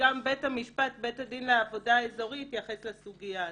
וגם בית הדין לעבודה האזורי התייחס לסוגיה הזו,